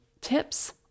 tips